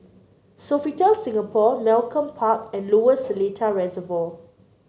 Sofitel Singapore Malcolm Park and Lower Seletar Reservoir